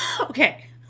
Okay